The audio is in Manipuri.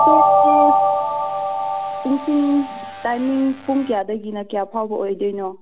ꯄꯨꯡꯁꯤꯡ ꯇꯥꯏꯃꯤꯡ ꯄꯨꯡ ꯀꯌꯥꯗꯒꯤꯅ ꯀꯌꯥ ꯐꯥꯎꯕ ꯑꯣꯏꯗꯣꯏꯅꯣ